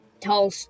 tall